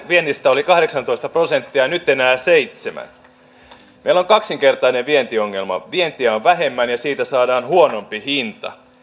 viennistä oli kahdeksantoista prosenttia ja nyt enää seitsemännellä meillä on kaksinkertainen vientiongelma vientiä on vähemmän ja siitä saadaan huonompi hinta